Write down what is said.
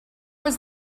was